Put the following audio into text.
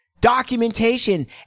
documentation